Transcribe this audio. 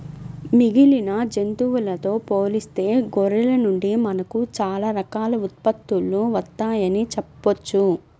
మిగిలిన జంతువులతో పోలిస్తే గొర్రెల నుండి మనకు చాలా రకాల ఉత్పత్తులు వత్తయ్యని చెప్పొచ్చు